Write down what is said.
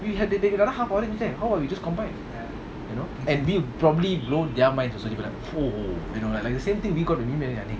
we had the the the other half how about we just combine you know and we probably blow their minds also they'll be like you know like like the same thing we got the I think